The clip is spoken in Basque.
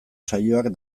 saioak